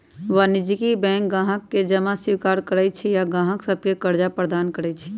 वाणिज्यिक बैंक गाहक से जमा स्वीकार करइ छइ आऽ गाहक सभके करजा प्रदान करइ छै